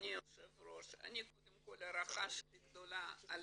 אדני היושב ראש, קודם כל הערכתי הגדולה אליך,